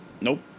Nope